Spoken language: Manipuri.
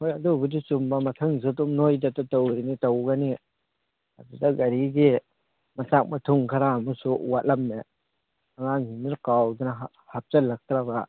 ꯍꯣꯏ ꯑꯗꯨꯕꯨꯗꯤ ꯆꯨꯝꯕ ꯃꯊꯪꯁꯨ ꯑꯗꯨꯝ ꯅꯣꯏꯗꯇ ꯇꯧꯔꯤꯅꯤ ꯇꯧꯒꯅꯤ ꯑꯗꯨꯗ ꯒꯥꯔꯤꯒꯤ ꯃꯆꯥꯛ ꯃꯊꯨꯝ ꯈꯔ ꯑꯃꯁꯨ ꯋꯥꯠꯂꯝꯃꯦ ꯑꯉꯥꯡꯁꯤꯡꯗꯨꯅ ꯀꯥꯎꯗꯅ ꯍꯥꯞꯆꯤꯜꯂꯛꯇ꯭ꯔꯕ